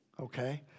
Okay